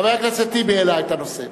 חבר הכנסת טיבי העלה את הנושא.